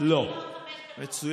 לא מאומתים.